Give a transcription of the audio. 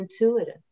intuitive